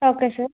okay sir